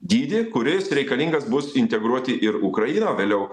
dydį kuris reikalingas bus integruoti ir ukrainą vėliau